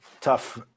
tough